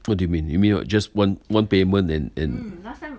what do you mean you mean what just one one payment an~ and